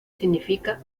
significa